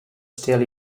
still